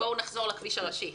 בואו נחזור לכביש הראשי.